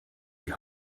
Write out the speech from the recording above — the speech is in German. die